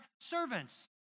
servants